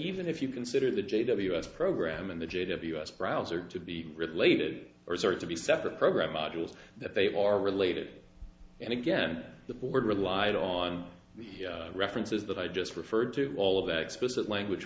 even if you consider the j ws program and the g w s browser to be related or to be separate program modules that they are related and again the board relied on the references that i just referred to all of that explicit language